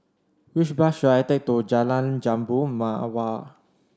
which bus should I take to Jalan Jambu Mawar